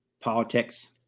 politics